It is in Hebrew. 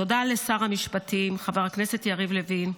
תודה לשר משפטים חבר הכנסת יריב לוין,